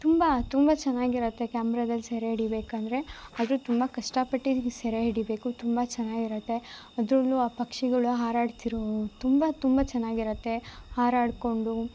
ತುಂಬ ತುಂಬ ಚೆನ್ನಾಗಿರತ್ತೆ ಕ್ಯಾಮ್ರದಲ್ಲಿ ಸೆರೆ ಹಿಡಿಬೇಕಂದರೆ ಆದರೂ ತುಂಬ ಕಷ್ಟ ಪಟ್ಟು ಸೆರೆ ಹಿಡಿಯಬೇಕು ತುಂಬ ಚೆನ್ನಾಗಿರತ್ತೆ ಅದರಲ್ಲೂ ಆ ಪಕ್ಷಿಗಳು ಹಾರಡ್ತಿರೋ ತುಂಬಾ ತುಂಬ ಚೆನ್ನಾಗಿರುತ್ತೆ ಹಾರಾಡ್ಕೊಂಡು